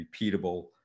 repeatable